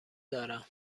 دارم